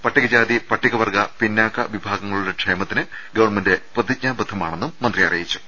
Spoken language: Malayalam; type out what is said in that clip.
പട്ടികജാതി പട്ടിക വർഗ്ഗ പിന്നോക്ക വിഭാഗങ്ങളുടെ ക്ഷേമത്തിന് ഗവൺമെന്റ് പ്രതിജ്ഞാബദ്ധമാണെന്നും മന്ത്രി അറിയിച്ചു